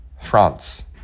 France